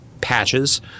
patches